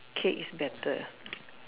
cake is better